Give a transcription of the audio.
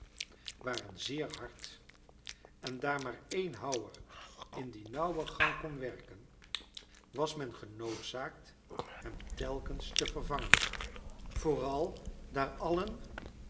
waren zeer hard en daar maar één houwer in die nauwe gang kon werken was men genoodzaakt hem telkens te vervangen vooral daar allen